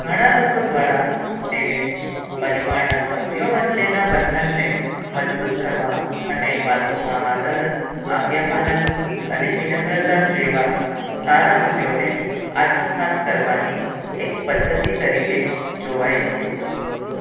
ઘણા લોકો દ્વારા તેને પરિવારના સભ્યો વચ્ચેના બંધનને મજબૂત કરવા અને બાળકોમાં આદર આજ્ઞાપાલન અને વિનમ્રતા જેવાં સારા મૂલ્યોને આત્મસાત્ કરવાની એક પદ્ધતિ તરીકે જોવાય છે